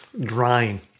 drying